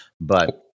but-